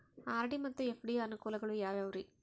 RD ಮತ್ತು FD ಯ ಅನುಕೂಲಗಳು ಯಾವ್ಯಾವುರಿ?